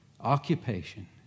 occupation